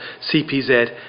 CPZ